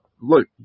look